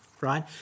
right